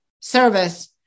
service